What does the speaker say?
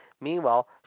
Meanwhile